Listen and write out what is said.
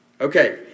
Okay